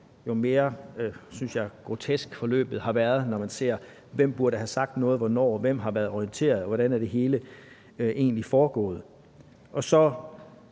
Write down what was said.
jo mere grotesk ser forløbet ud til at have været, når man ser på, hvem der burde have sagt noget hvornår, hvem der har været orienteret, og hvordan det hele egentlig er foregået.